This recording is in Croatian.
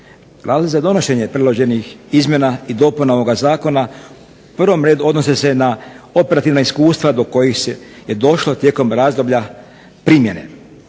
Razlog za donošenje predloženih izmjena i dopuna ovoga Zakona u prvom redu odnose se na operativna iskustva do kojih je došlo tijekom razdoblja primjene.